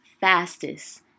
fastest